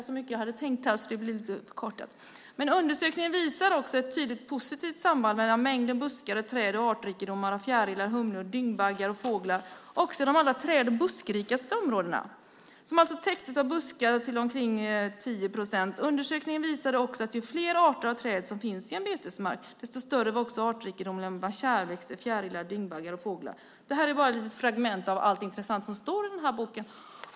Undersökningen visar ett tydligt positivt samband mellan mängden buskar och träd och artrikedomar av fjärilar, humlor, dyngbaggar och fåglar - också i de allra träd och buskrikaste områden som alltså täcktes av buskar till omkring 10 procent. Undersökningen visade också att ju fler arter av träd som finns i en betesmark, desto större var också artrikedomen av kärrväxter, fjärilar, dyngbaggar och fåglar. Detta är bara ett litet fragment av allt intressant som står i boken.